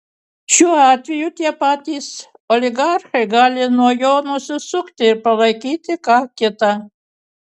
šiuo atveju tie patys oligarchai gali nuo jo nusisukti ir palaikyti ką kitą